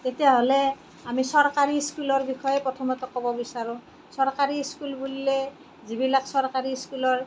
তেতিয়াহ'লে আমি চৰকাৰী স্কুলৰ বিষয়ে প্ৰথমতে ক'ব বিচাৰোঁ চৰকাৰী স্কুল বুলিলে যিবিলাক চৰকাৰী স্কুলৰ